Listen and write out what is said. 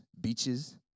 beaches